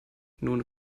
nun